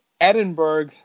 Edinburgh